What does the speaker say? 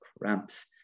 cramps